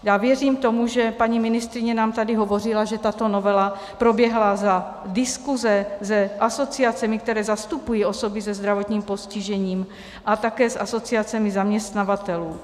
Já věřím tomu, že paní ministryně nám tady hovořila, že tato novela proběhla za diskuse s asociacemi, které zastupují osoby se zdravotním postižením a také s asociacemi zaměstnavatelů.